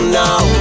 now